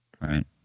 Right